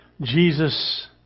Jesus